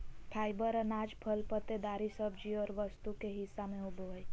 fibre अनाज, फल पत्तेदार सब्जी और वस्तु के हिस्सा में होबो हइ